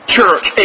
Church